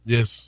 Yes